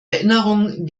erinnerung